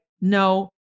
no